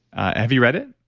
ah have you read it?